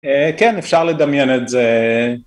כן אפשר לדמיין את זה